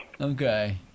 Okay